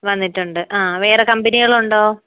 വന്നിട്ടുണ്ട് ആ വേറെ കമ്പനികൾ ഉണ്ടോ